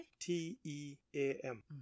T-E-A-M